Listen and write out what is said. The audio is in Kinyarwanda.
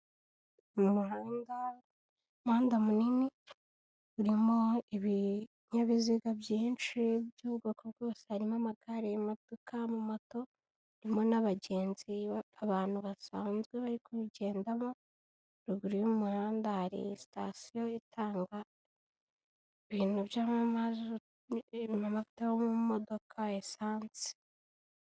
Mu muhanda munini urimo ibinyabiziga byinshi by'ubwoko bwose, harimo amagare, imodoka, amamoto, harimo n'abagenzi abantu basanzwe bari kuwugendamo, ruguru y'umuhanda hari sitasiyo itanga ibintu by'amavuta yo mu modoka ya esansi.